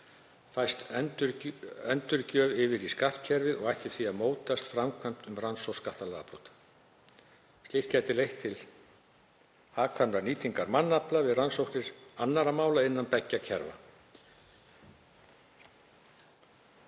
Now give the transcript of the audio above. fæst endurgjöf yfir í skattkerfið og ætti því að mótast framkvæmd um rannsókn skattalagabrota. Slíkt ætti að geta leitt til hagkvæmari nýtingar mannafla við rannsókn annarra mála innan beggja kerfa.